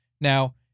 Now